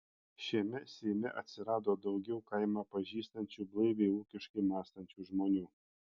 šiame seime atsirado daugiau kaimą pažįstančių blaiviai ūkiškai mąstančių žmonių